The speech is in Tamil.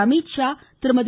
அமீத்ஷா திருமதி